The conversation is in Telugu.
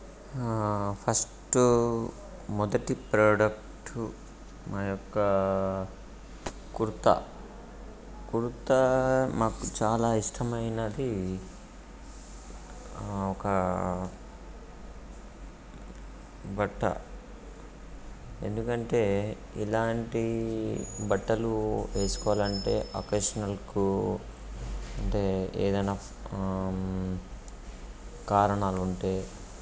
ఫస్టు మొదటి ప్రాడక్టు మా యొక్క కుర్తా కుర్తా మాకు చాలా ఇష్టమైనది ఒక బట్ట ఎందుకంటే ఇలాంటి బట్టలు వేసుకోవాలి అంటే అకేషనల్కు అంటే ఏదైన కారణాలు ఉంటే